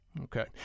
Okay